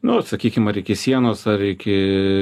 nu sakykim ar iki sienos ar iki